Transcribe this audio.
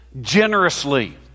generously